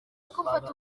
kumfata